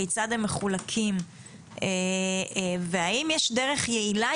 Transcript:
כיצד הם מחולקים והאם יש דרך יעילה